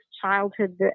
childhood